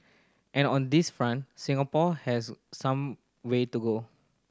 and on this front Singapore has some way to go